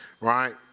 right